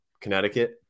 Connecticut